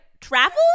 travel